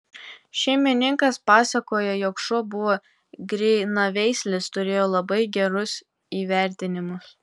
šeimininkas pasakoja jog šuo buvo grynaveislis turėjo labai gerus įvertinimus